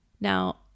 Now